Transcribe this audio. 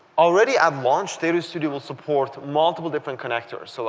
already i've launched data studio support multiple different connectors. so